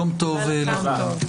יום טוב לכולם.